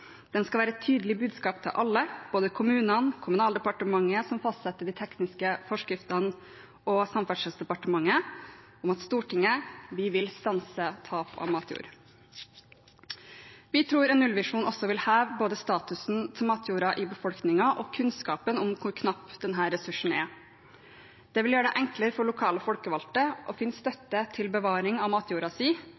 Den skal være et tydelig budskap til alle, både kommunene, Kommunaldepartementet, som fastsetter de tekniske forskriftene, og Samferdselsdepartementet, om at Stortinget vil stanse tap av matjord. Vi tror en nullvisjon også vil heve både statusen til matjorda i befolkningen og kunnskapen om hvor knapp denne ressursen er. Det vil gjøre det enklere for lokale folkevalgte å finne støtte til bevaring av matjorda si,